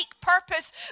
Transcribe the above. purpose